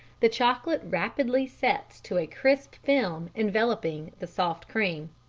the chocolate rapidly sets to a crisp film enveloping the soft creme.